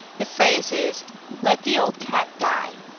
the phrase is let the old cat die.